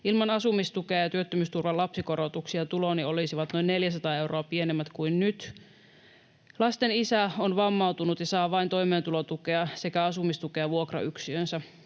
Ilman asumistukea ja työttömyysturvan lapsikorotuksia tuloni olisivat noin 400 euroa pienemmät kuin nyt. Lasten isä on vammautunut ja saa vain toimeentulotukea sekä asumistukea vuokrayksiöönsä.